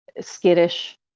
skittish